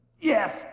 Yes